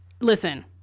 listen